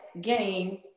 game